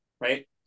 right